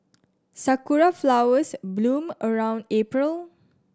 sakura flowers bloom around April